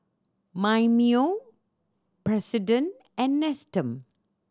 Mimeo President and Nestum